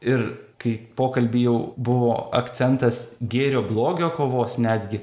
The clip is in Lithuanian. ir kai pokalby jau buvo akcentas gėrio blogio kovos netgi